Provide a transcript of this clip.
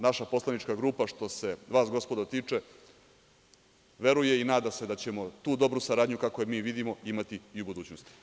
Naša poslanička grupa, što se vas, gospodo, tiče, veruje i nada se da ćemo tu dobru saradnju, kako je mi vidimo, imati i u budućnosti.